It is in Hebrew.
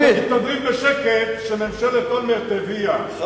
ואתם מתהדרים בשקט שממשלת אולמרט הביאה,